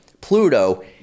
Pluto